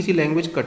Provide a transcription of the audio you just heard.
language